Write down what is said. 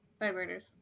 Vibrators